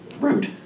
Rude